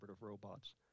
robots